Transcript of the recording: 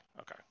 Okay